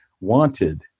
wanted